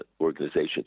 organizations